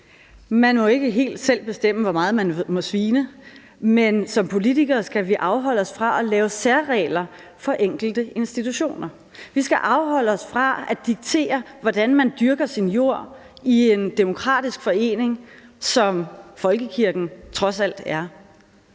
Man må ikke helt selv bestemme, hvor meget man må svine. Men som politikere skal vi afholde os fra at lave særregler for enkelte institutioner. Vi skal afholde os fra at diktere, hvordan man dyrker sin jord i en demokratisk forening, som folkekirken trods alt er.